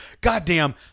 Goddamn